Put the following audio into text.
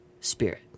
spirit